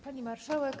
Pani Marszałek!